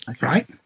right